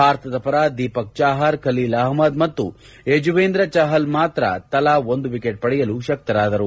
ಭಾರತದ ಪರ ದೀಪಕ್ ಚಾಹರ್ ಖಲೀಲ್ ಅಹ್ಮದ್ ಮತ್ತು ಯಜುವೇಂದ್ರ ಚಾಹಲ್ ಮಾತ್ರ ತಲಾ ಒಂದು ವಿಕೆಟ್ ಪಡೆಯಲು ಶಕ್ಕರಾದರು